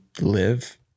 live